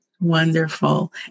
Wonderful